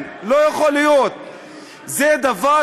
אוקיי,